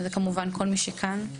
כמו כל מי שכן כמובן.